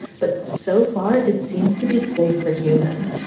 but so far, it seems to be safe for humans.